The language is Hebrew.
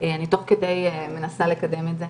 תוך כדי אני מנסה לקדם את זה,